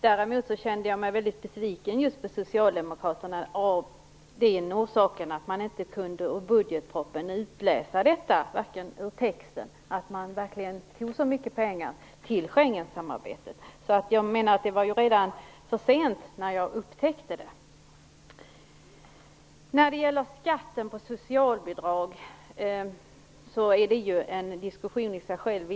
Däremot kände jag mig mycket besviken på socialdemokraterna av det skälet att man inte av texten i budgetpropositionen kunde utläsa att man verkligen tog så mycket pengar till Schengensamarbetet. Jag menar att det redan var för sent när jag upptäckte det. När det gäller skatten på socialbidrag är det egentligen en diskussion i sig själv.